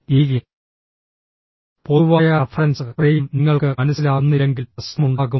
ഈ പൊതുവായ reference frame നിങ്ങൾക്ക് മനസ്സിലാകുന്നില്ലെങ്കിൽ പ്രശ്നമുണ്ടാകും